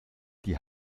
die